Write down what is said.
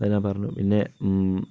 പിന്നെ